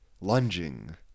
lunging